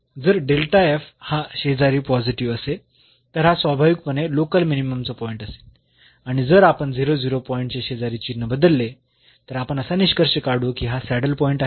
जर हा शेजारी पॉझिटिव्ह असेल तर हा स्वाभाविकपणे लोकल मिनिमम चा पॉईंट असेल आणि जर आपण पॉईंट च्या शेजारी चिन्ह बदलले तर आपण असा निष्कर्ष काढू की हा सॅडल पॉईंट आहे